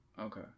Okay